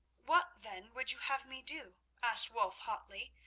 what, then, would you have me do? asked wulf hotly.